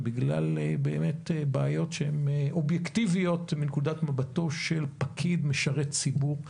ובגלל בעיות שהן אובייקטיביות מנקודת מבטו של פקיד משרת ציבור,